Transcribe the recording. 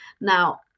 Now